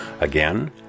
Again